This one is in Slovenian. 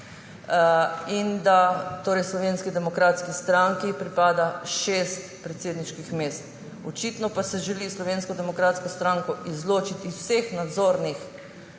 in da Slovenski demokratski stranki pripada šest predsedniških mest. Očitno pa se želi Slovensko demokratsko stranko izločiti iz vseh nadzornih